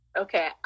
Okay